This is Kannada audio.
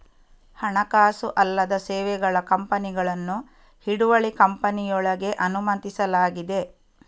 ಹಣಕಾಸು ಅಲ್ಲದ ಸೇವೆಗಳ ಕಂಪನಿಗಳನ್ನು ಹಿಡುವಳಿ ಕಂಪನಿಯೊಳಗೆ ಅನುಮತಿಸಲಾಗಿದೆ